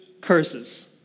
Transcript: curses